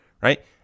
Right